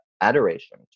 adoration